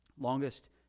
longest